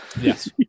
Yes